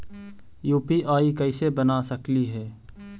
UPI कैसे बना सकली हे?